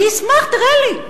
אני אשמח, תראה לי.